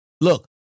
Look